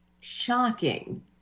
shocking